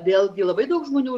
vėlgi labai daug žmonių